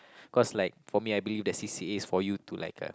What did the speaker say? cause like for me I believe the c_c_a is for you to like uh